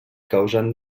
causant